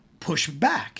pushback